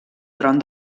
tron